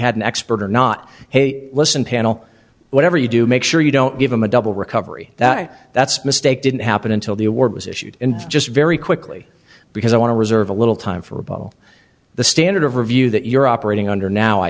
had an expert or not hey listen panel whatever you do make sure you don't give them a double recovery that that's mistake didn't happen until the award was issued and just very quickly because i want to reserve a little time for a ball the standard of review that you're operating under now i